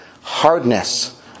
hardness